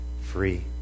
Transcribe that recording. free